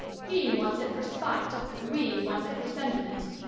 he wants it for spite we want it for sentiment.